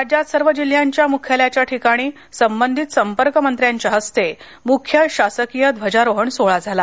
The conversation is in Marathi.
राज्यात सर्व जिल्ह्यांच्या मुख्यालयाच्या ठिकाणी संबंधित संपर्क मंत्र्यांच्या हस्ते मुख्य शासकीय ध्वजारोहण सोहळा झाला